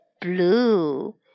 blue